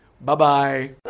Bye-bye